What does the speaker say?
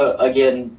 ah again,